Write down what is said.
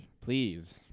Please